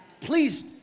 Please